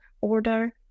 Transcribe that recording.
order